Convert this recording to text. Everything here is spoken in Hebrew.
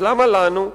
אז למה לנו?